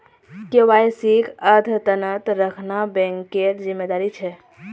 केवाईसीक अद्यतन रखना बैंकेर जिम्मेदारी छे